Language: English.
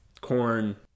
corn